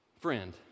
friend